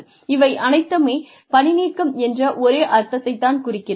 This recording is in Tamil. இவை அனைத்துமே பணிநீக்கம் என்ற ஒரே அர்த்தத்தைத் தான் குறிக்கிறது